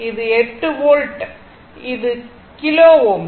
எனவே இது 8 volt 8 volt இது கிலோ Ω